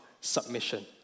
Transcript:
submission